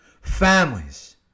families